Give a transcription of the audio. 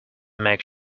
make